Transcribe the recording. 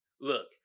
Look